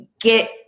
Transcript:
get